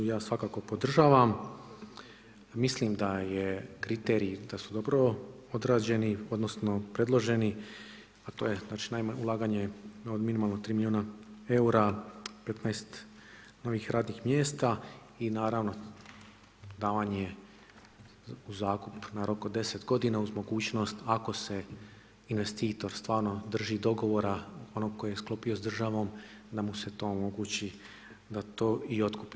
Ja svakako podržavam i mislim da su kriteriji dobro odrađeni odnosno predloženi, a to je ulaganje od minimalno 3 milijuna eura 15 novih radnih mjesta i naravno davanje u zakup na rok od 10 godina uz mogućnost ako se investitor stvarno drži dogovora onog koji je sklopio sa državom da mu se to omogući da to i otkupi.